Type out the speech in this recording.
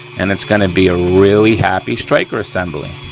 and it's gonna be a really happy striker assembly.